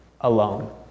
alone